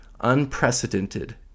unprecedented